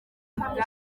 umugambi